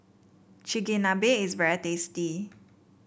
chigenabe is very tasty